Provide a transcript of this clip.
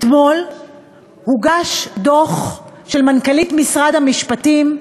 אתמול הוגש דוח של מנכ"לית משרד המשפטים,